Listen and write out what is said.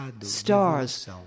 stars